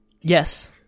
Yes